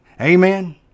Amen